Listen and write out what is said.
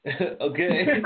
Okay